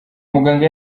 muganga